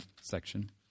section